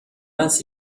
است